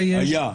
היה.